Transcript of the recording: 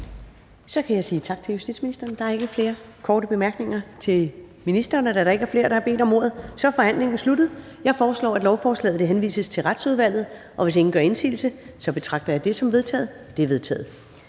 Så kan jeg sige tak til justitsministeren. Der er ikke flere korte bemærkninger til ministeren. Da der ikke er flere, der har bedt om ordet, er forhandlingen sluttet. Jeg foreslår, at lovforslaget henvises til Retsudvalget. Hvis ingen gør indsigelse, betragter jeg det som vedtaget. Det er vedtaget.